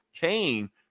came